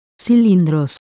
Cilindros